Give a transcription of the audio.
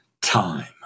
time